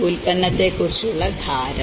ഉൽപ്പന്നത്തെക്കുറിച്ചുള്ള ധാരണ